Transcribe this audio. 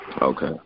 Okay